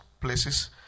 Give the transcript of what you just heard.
places